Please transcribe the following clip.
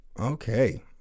Okay